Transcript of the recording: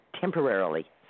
temporarily